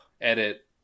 edit